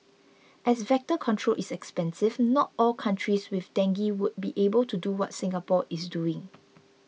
as vector control is expensive not all countries with dengue would be able to do what Singapore is doing